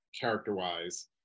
character-wise